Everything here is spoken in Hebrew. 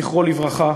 זכרו לברכה,